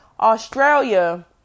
Australia